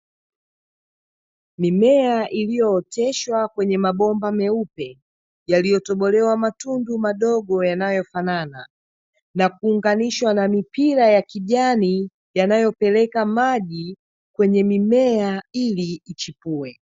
Mimea iliyooteshwa kwenye mabomba meupe, yaliyotobolewa matundu madogo yanayofanana na kuunganishwa na mipira ya kijani yanayopeleka maji kwenye mimea ili ichipue.